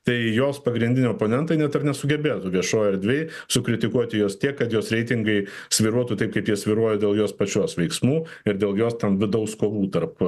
tai jos pagrindiniai oponentai net ir nesugebėtų viešoj erdvėj sukritikuoti jos tiek kad jos reitingai svyruotų taip kaip jie svyruoja dėl jos pačios veiksmų ir dėl jos ten vidaus kovų tarp